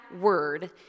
word